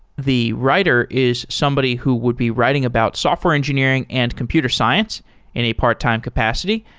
the writer is somebody who would be writing about software engineering and computer science and a part-time capacity,